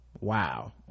Wow